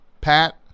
Pat